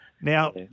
Now